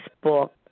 book